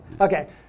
Okay